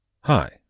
Hi